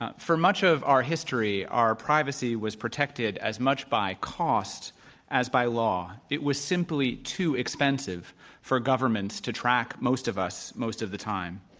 ah for much of our history, our privacy was protected as much by cost as by law. it was simply too expensive for governments to track most of us most of the time.